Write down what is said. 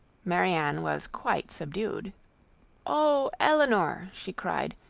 marianne was quite subdued oh! elinor, she cried,